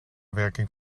werking